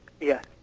Yes